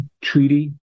treaty